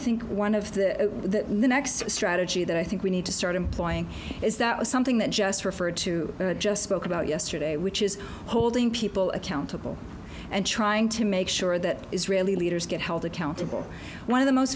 think one of the next strategy that i think we need to start employing is that something that just referred to just spoke about yesterday which is holding people accountable and trying to make sure that israeli leaders get held accountable one of the most